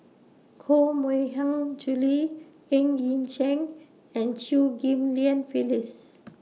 Koh Mui Hiang Julie Ng Yi Sheng and Chew Ghim Lian Phyllis